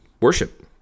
worship